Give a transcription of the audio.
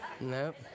Nope